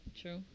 True